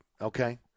okay